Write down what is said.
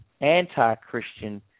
anti-Christian